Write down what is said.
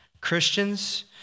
Christians